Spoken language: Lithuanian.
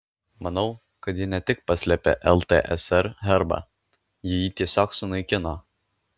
manau kad ji ne tik paslėpė ltsr herbą ji jį tiesiog sunaikino